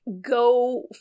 go